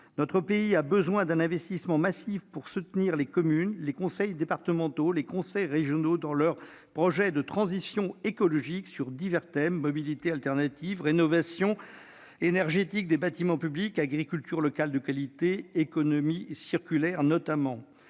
Notre pays a besoin d'un investissement massif pour soutenir les communes, les conseils départementaux et les conseils régionaux dans leurs projets de transition écologique sur divers thèmes- mobilités alternatives, rénovation énergétique des bâtiments publics, agriculture locale de qualité, économie circulaire notamment.